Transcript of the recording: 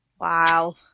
Wow